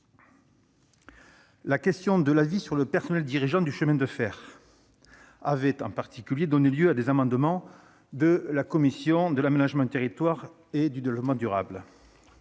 La question de l'avis sur le personnel dirigeant des chemins de fer avait en particulier donné lieu à des amendements de la commission de l'aménagement du territoire et du développement durable,